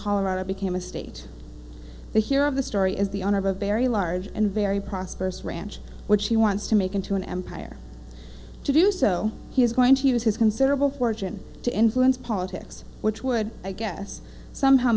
colorado became a state the hero of the story is the owner of a very large and very prosperous ranch which he wants to make into an empire to do so he is going to use his considerable fortune to influence politics which would i guess somehow